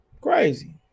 Crazy